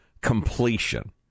completion